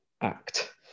act